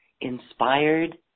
inspired